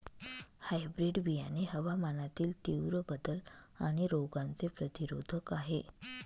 hybrid बियाणे हवामानातील तीव्र बदल आणि रोगांचे प्रतिरोधक आहे